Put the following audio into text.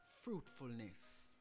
fruitfulness